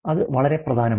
അത് വളരെ പ്രധാനമാണ്